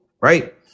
right